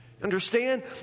Understand